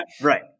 right